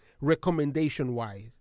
recommendation-wise